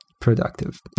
productive